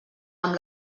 amb